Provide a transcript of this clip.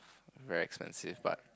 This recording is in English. very expensive but